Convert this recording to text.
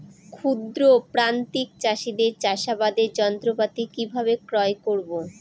ক্ষুদ্র প্রান্তিক চাষীদের চাষাবাদের যন্ত্রপাতি কিভাবে ক্রয় করব?